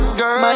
girl